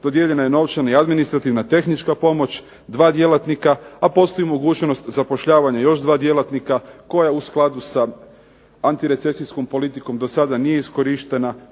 dodijeljena je i novčana, administrativna, tehnička pomoć, dva djelatnika, a postoji mogućnost zapošljavanja još dva djelatnika koja u skladu sa antirecesijskom politikom do sada nije iskorištena,